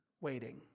waiting